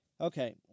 okay